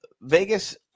Vegas